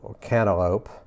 cantaloupe